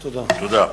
תודה.